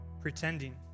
pretending